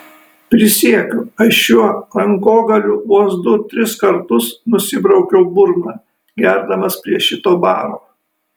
prisiekiu aš šiuo rankogaliu vos du tris kartus nusibraukiau burną gerdamas prie šito baro